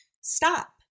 stop